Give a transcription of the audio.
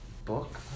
book